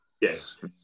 Yes